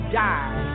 die